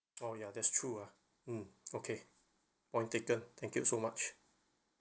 oh ya that's true ah mm okay point taken thank you so much